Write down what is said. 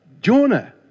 Jonah